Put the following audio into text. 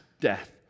death